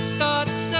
thoughts